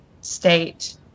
state